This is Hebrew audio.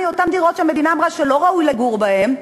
אותן דירות שהמדינה אמרה שלא ראוי לגור בהן.